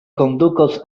kondukos